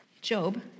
Job